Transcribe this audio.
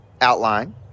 outline